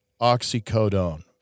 oxycodone